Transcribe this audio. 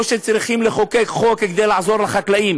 או שצריכים לחוקק חוק כדי לעזור לחקלאים.